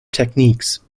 techniques